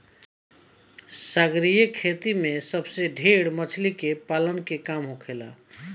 सागरीय खेती में सबसे ढेर मछली पालन के काम होखेला